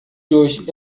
durch